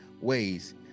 ways